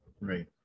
right